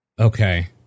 Okay